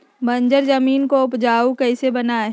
बंजर जमीन को उपजाऊ कैसे बनाय?